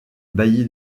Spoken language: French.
bailli